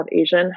Asian